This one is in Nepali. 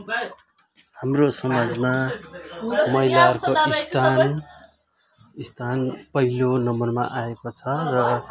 हाम्रो समाजमा महिलाहरूको स्थान स्थान पहिलो नम्बरमा आएको छ र